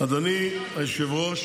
אדוני היושב-ראש,